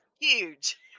huge